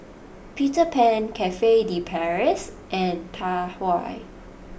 Peter Pan Cafe De Paris and Tai Hua